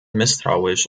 misstrauisch